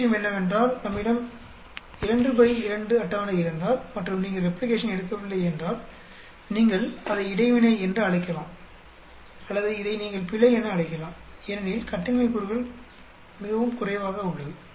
மற்ற விஷயம் என்னவென்றால் நம்மிடம் 2 பை 2 அட்டவணை இருந்தால் மற்றும் நீங்கள் ரெப்ளிகேஷன் எடுக்கவில்லை என்றால் நீங்கள் அதை இடைவினை என்று அழைக்கலாம் அல்லது அதை நீங்கள் பிழை என அழைக்கலாம் ஏனெனில் கட்டின்மை கூறுகள் மிகவும் குறைவாக உள்ளது